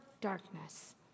darkness